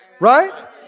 Right